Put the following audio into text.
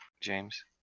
James